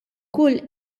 kull